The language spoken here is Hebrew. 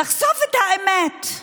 לחשוף את האמת.